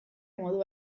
modu